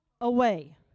away